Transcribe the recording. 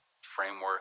framework